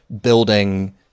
building